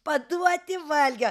paduoti valgio